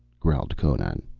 growled conan.